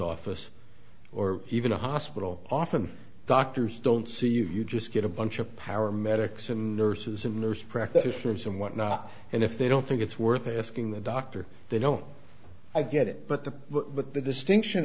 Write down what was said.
office or even a hospital often doctors don't see you just get a bunch of power medics and nurses and nurse practitioners and whatnot and if they don't think it's worth asking the doctor they don't get it but the what the distinction